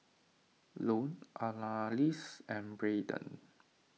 Lone Annalise and Braeden